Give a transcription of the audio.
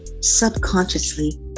subconsciously